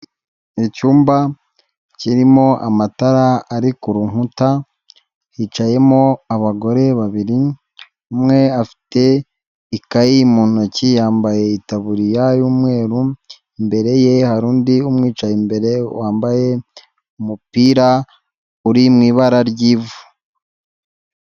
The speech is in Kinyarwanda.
Icyumba kirimo amatara ari ku rukuta, hicayemo abagore babiri, umwe afite ikayi mu ntoki yambaye itaburiya y'umweru, imbere ye hari undi umwicaye imbere, wambaye umupira uri mu ibara ry'ivu.